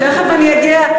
תכף אני אגיע.